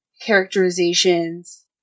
characterizations